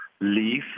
leave